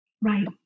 right